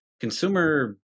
consumer